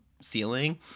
ceiling